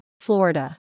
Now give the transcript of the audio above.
Florida